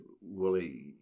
Willie